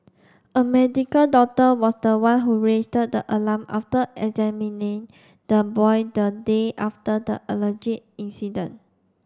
a medical doctor was the one who the alarm after examining the boy the day after the allege incident